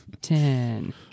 Ten